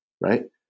Right